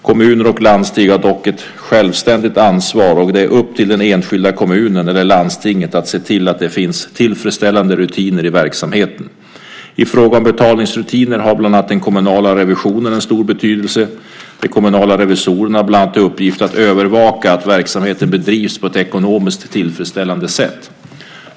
Kommuner och landsting har dock ett självständigt ansvar, och det är upp till den enskilda kommunen eller landstinget att se till att det finns tillfredsställande rutiner i verksamheten. I fråga om betalningsrutiner har bland annat den kommunala revisionen en stor betydelse. De kommunala revisorerna har bland annat i uppgift att övervaka att verksamheten bedrivs på ett ekonomiskt tillfredsställande sätt.